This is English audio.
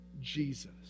Jesus